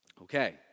Okay